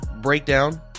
Breakdown